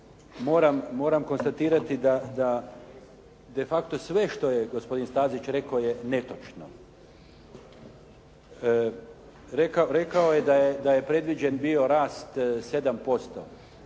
moram konstatirati da defacto sve što je gospodin Stazić rekao je netočno. Rekao je da je predviđen bio rast 7%,